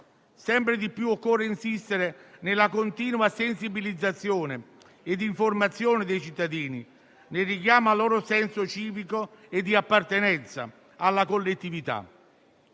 Sempre di più occorre insistere nella continua sensibilizzazione ed informazione dei cittadini, nel richiamo al loro senso civico e di appartenenza alla collettività.